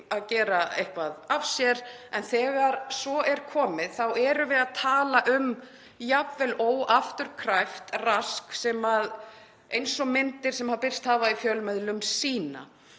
að gera neitt af sér. En þegar svo er komið þá erum við að tala um jafnvel óafturkræft rask sem til dæmis myndir sem birst hafa í fjölmiðlum sína.